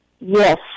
Yes